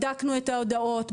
בדקנו את ההודעות.